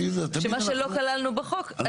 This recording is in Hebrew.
שמה שלא כללנו בחוק,